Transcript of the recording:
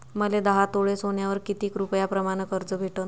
मले दहा तोळे सोन्यावर कितीक रुपया प्रमाण कर्ज भेटन?